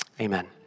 Amen